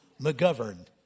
McGovern